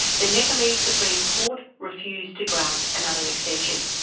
the nepalese supreme court refused to grant another extension.